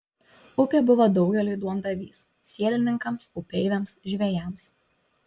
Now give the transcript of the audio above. upė buvo daugeliui duondavys sielininkams upeiviams žvejams